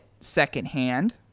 secondhand